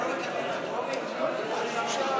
הצעת חוק להבטחת דיור חלופי לתושבי שכונת